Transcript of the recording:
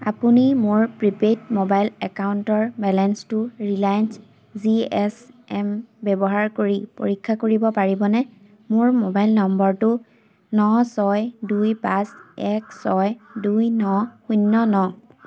আপুনি মোৰ prepaid mobile একাউণ্টৰ বেলেন্সটো ৰিলায়েন্স জি এছ এম ব্যৱহাৰ কৰি পৰীক্ষা কৰিব পাৰিবনে মোৰ মোবাইল নম্বৰটো ন ছয় দুই পাঁচ এক ছয় দুই ন শূন্য ন